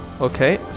Okay